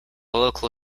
local